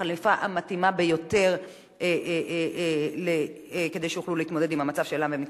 החליפה המתאימה ביותר כדי שיוכלו להתמודד עם המצב שאליו הם נקלעו.